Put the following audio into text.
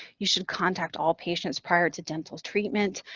you should contact all patients prior to dental treatment,